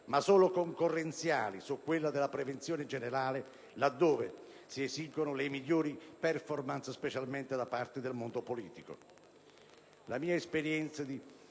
ma sono concorrenziali su quella della prevenzione generale, laddove si esigono le migliori *performance*, specialmente da parte del mondo politico. La mia esperienza